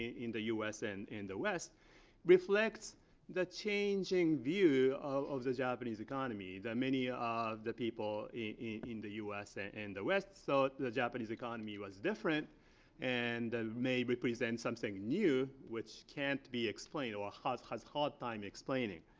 in the us and in the west reflects the changing view of the japanese economy. that many of the people in the us and and the west thought so the japanese economy was different and may represent something new, which can't be explained or has has hard time explaining.